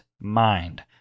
mind